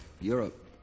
Europe